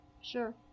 Sure